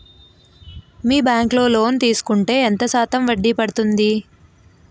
మీ bank లో loan తీసుకుంటే ఎంత శాతం వడ్డీ పడ్తుంది?